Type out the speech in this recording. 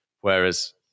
Whereas